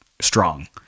strong